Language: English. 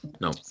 No